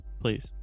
please